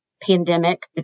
pandemic